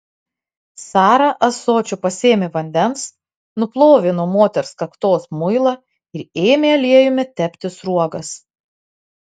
sara ąsočiu pasėmė vandens nuplovė nuo moters kaktos muilą ir ėmė aliejumi tepti sruogas